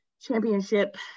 championship